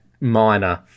minor